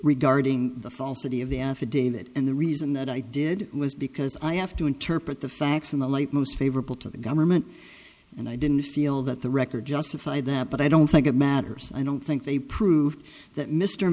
regarding the falsity of the affidavit and the reason that i did was because i have to interpret the facts in the light most favorable to the government and i didn't feel that the record justified that but i don't think it matters i don't think they proved that mr